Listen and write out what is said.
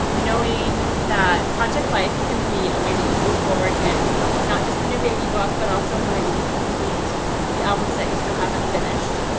knowing that project life can be a way that you move forward in not just the new baby book, but also the way that you complete the albums that you still haven't finished,